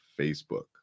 Facebook